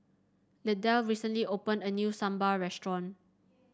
Lydell recently opened a new Sambar Restaurant